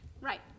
Right